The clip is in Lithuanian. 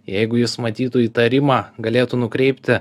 jeigu jis matytų įtarimą galėtų nukreipti